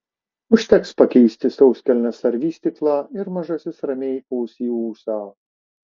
užteks pakeisti sauskelnes ar vystyklą ir mažasis ramiai pūs į ūsą